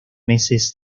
meses